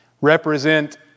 represent